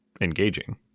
engaging